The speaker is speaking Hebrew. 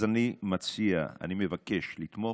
אז אני מציע, אני מבקש לתמוך.